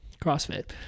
CrossFit